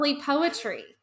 poetry